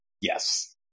Yes